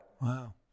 wow